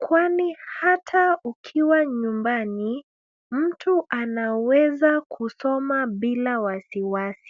kwani hata ukiwa nyumbani mtu anaweza kusoma bila wasiwasi.